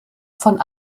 von